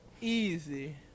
Easy